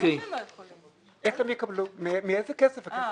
לגמ"ח אין